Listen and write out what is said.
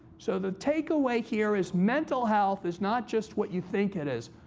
so the takeaway here is mental health is not just what you think it is,